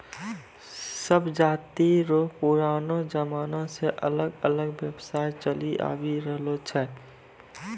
सब जाति रो पुरानो जमाना से अलग अलग व्यवसाय चलि आवि रहलो छै